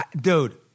dude